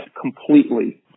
completely